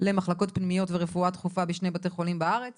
למחלקות פנימיות ורפואה דחופה בשני בתי חולים בארץ